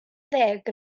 ddeg